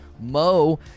Mo